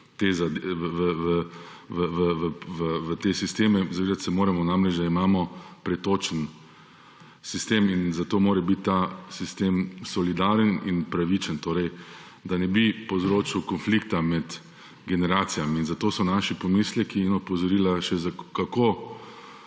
v te sisteme. Zavedati se moramo namreč, da imamo pretočen sistem, in zato mora biti ta sistem solidaren in pravičen, da ne bi povzročil konflikta med generacijami. In zato so naši pomisleki in opozorila še kako